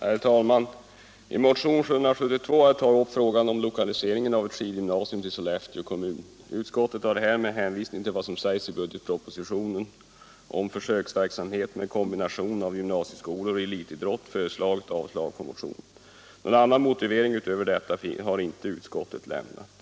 Herr talman! I motionen 772 har jag tagit upp frågan om lokalisering av ett skidgymnasium till Sollefteå kommun. Utskottet har med hänvisning till vad som sägs i budgetpropositionen om försöksverksamhet med kombination av gymnasieskolor och elitidrott föreslagit avslag på motionen. Någon annan motivering har inte utskottet lämnat.